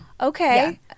Okay